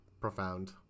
profound